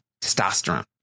testosterone